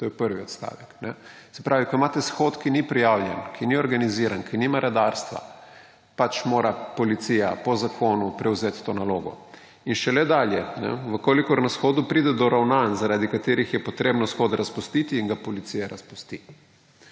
To je prvi odstavek. Se pravi, ko imate shod, ki ni prijavljen, ki ni organiziran, ki nima redarstva, pač mora policija po zakonu prevzeti to nalogo. In šele dalje, »v kolikor na shodu pride do ravnanj, zaradi katerih je potrebno shod razpustiti, ga policija razpusti«.